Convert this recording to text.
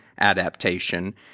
adaptation